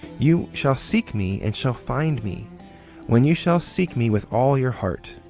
you shall seek me, and shall find me when you shall seek me with all your heart.